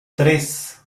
tres